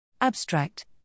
Abstract